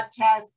podcast